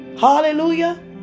Hallelujah